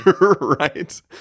Right